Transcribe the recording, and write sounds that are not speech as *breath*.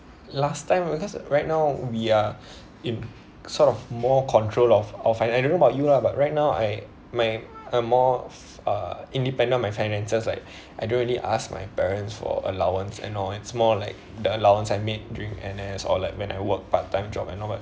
last time because right now we are *breath* in sort of more control of our fin~ I don't know about you lah but right now I my uh more uh independent of my finances like I don't really ask my parents for allowance and all it's more like the allowance I made during N_S or like when I work part-time job and all but